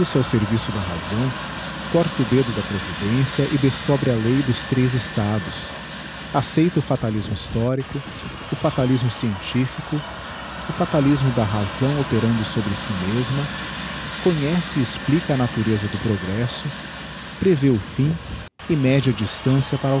ao serviço da razão corta o dedo da providencia e descobre a lei dos três estados aceita o fatalismo histórico o fatalismo scientifico o fatalismo da razão operando sobre si mesma conhece e explica a natureza do digiti zedby google progresso prevê o fim e mede a distancia para